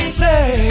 say